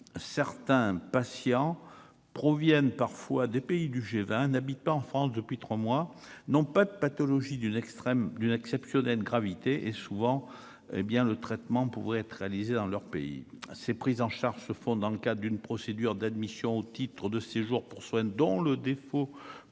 certains patients proviennent parfois des pays du G20 n'habite pas en France depuis 3 mois, non pas de pathologie d'une extrême d'une exceptionnelle gravité et, souvent, hé bien le traitement pourrait être réalisé dans leur pays, c'est pris en charge se font dans le cadre d'une procédure d'admission au titre de séjour pour soins dont le défaut